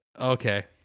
Okay